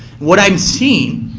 what i'm seeing,